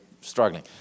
struggling